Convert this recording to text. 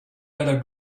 better